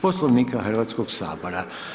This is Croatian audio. Poslenika Hrvatskog sabora.